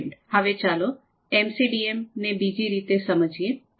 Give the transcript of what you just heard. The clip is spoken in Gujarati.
હવે ચાલો એમસીડીએમ ને બીજી રીતે સમજીએ